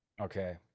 Okay